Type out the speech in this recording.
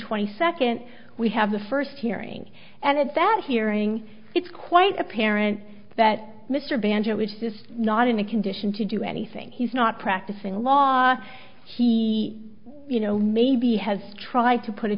twenty second we have the first hearing and at that hearing it's quite apparent that mr banjo is just not in a condition to do anything he's not practicing law he you know maybe has tried to put a